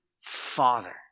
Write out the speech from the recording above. Father